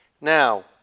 Now